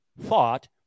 thought